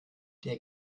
der